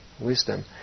wisdom